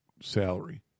salary